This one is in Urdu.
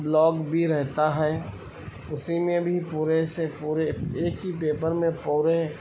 بلاگ بھی رہتا ہے اسی میں بھی پورے سے پورے ایک ہی پیپر میں پورے